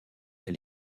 elle